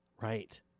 Right